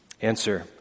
Answer